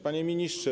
Panie Ministrze!